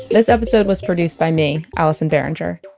this episode was produced by me, allison behringer.